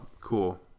cool